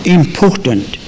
important